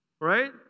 right